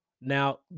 Now